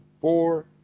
four